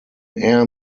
air